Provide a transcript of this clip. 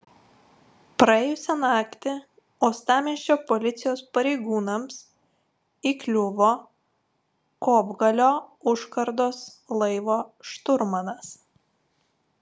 praėjusią naktį uostamiesčio policijos pareigūnams įkliuvo kopgalio užkardos laivo šturmanas